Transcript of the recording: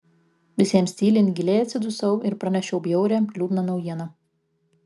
visiems tylint giliai atsidusau ir pranešiau bjaurią liūdną naujieną